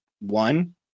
One